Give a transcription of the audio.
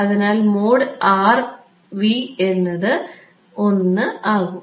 അതിനാൽ എന്നത് 1 ആകും